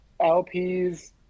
LPs